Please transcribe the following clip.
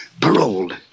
Paroled